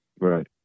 Right